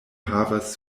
havas